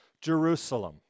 Jerusalem